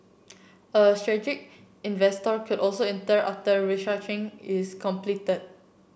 a strategic investor could also enter after restructuring is completed